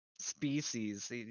species